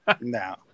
No